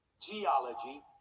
geology